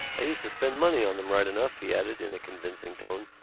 i used to spend money on them right enough, he added, in a convincing tone,